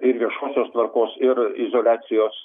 ir viešosios tvarkos ir izoliacijos